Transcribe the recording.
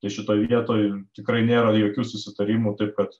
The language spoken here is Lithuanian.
tai šitoj vietoj tikrai nėra jokių susitarimų taip kad